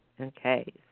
Okay